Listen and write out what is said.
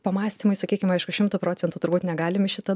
pamąstymai sakykime aišku šimtu procentų turbūt negalim į šitą